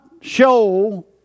show